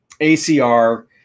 ACR